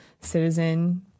citizen